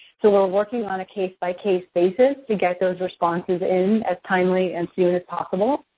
so we're working on a case-by-case basis to get those responses in as timely and soon as possible.